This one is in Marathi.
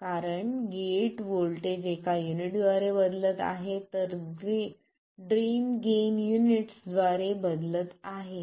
कारण गेट व्होल्टेज एका युनिटद्वारे बदलत आहे तर ड्रेन गेन युनिट्सद्वारे बदलत आहे